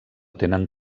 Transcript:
tenen